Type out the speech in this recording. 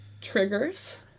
triggers